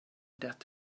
that